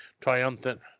triumphant